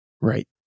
Right